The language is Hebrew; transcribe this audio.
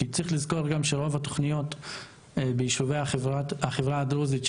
כי צריך לזכור שרוב התוכניות ביישובי החברה הדרוזית,